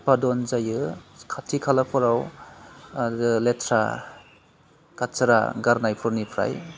उफादन जायो खाथि खालाफोराव आरो लेथ्रा गाज्रा गारनायफोरनिफ्राय